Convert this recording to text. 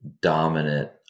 dominant